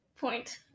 point